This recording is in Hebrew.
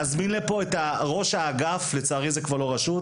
להזמין לפה את ראש האגף לצערי, זוהי כבר לא רשות